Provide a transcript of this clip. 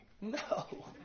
No